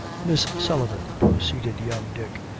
miss sullivan, proceeded young dick,